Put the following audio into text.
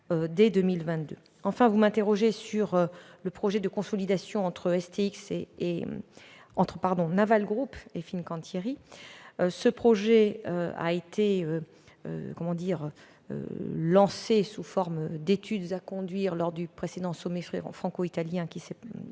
Enfin, vous m'interrogez sur le projet de consolidation entre Naval Group et Fincantieri. Ce projet a été lancé sous forme d'études à conduire lors du précédent sommet franco-italien qui s'est déroulé